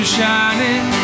shining